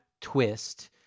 twist